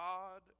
God